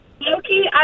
Loki